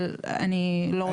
אבל אני לא רוצה, אדוני, לקבוע.